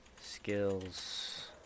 skills